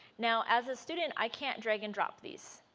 now as a student i can't drag and drop these.